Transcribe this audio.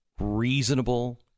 reasonable